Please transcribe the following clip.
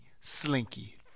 slinky